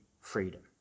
freedom